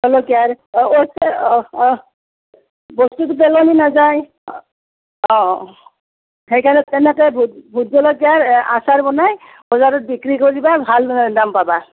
জলকীয়াৰ অঁ অঁ অঁ বস্তুটো পেলনি নাযায় অঁ সেইকাৰণে তেনেকৈ ভোট ভোট জলকীয়াৰ আচাৰ বনাই বজাৰত বিক্ৰী কৰিবা ভালদৰে দাম পাবা